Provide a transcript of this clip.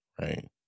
right